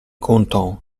content